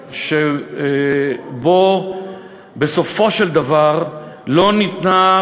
שבו בסופו של דבר לא ניתנה,